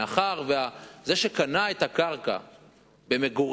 מאחר שזה שקנה את הקרקע במגורים,